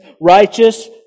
righteous